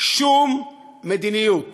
שום מדיניות